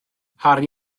harri